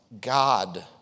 God